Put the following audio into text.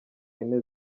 yine